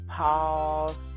pause